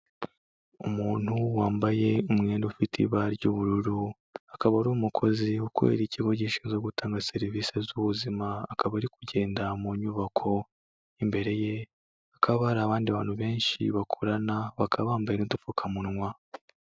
Umuntu wambaye umwenda ufite ibara ry'ubururu akaba ari umukozi ukubera ikigo gishinzwe gutanga serivisi z'ubuzima akaba ari kugenda mu nyubako imbere ye hakaba hari abandi bantu benshi bakorana bakaba bambaye n'udupfukamunwa.